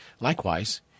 Likewise